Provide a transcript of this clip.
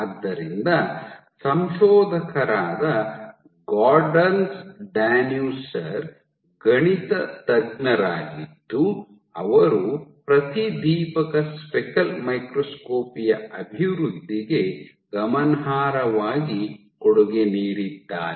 ಆದ್ದರಿಂದ ಸಂಶೋಧಕರಾದ ಗೊಡೆರ್ನ್ಸ್ ಡ್ಯಾನುಸರ್ ಗಣಿತಜ್ಞರಾಗಿದ್ದು ಅವರು ಪ್ರತಿದೀಪಕ ಸ್ಪೆಕಲ್ ಮೈಕ್ರೋಸ್ಕೋಪಿ ಯ ಅಭಿವೃದ್ಧಿಗೆ ಗಮನಾರ್ಹವಾಗಿ ಕೊಡುಗೆ ನೀಡಿದ್ದಾರೆ